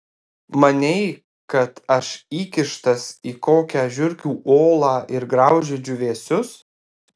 manei kad aš įkištas į kokią žiurkių olą ir graužiu džiūvėsius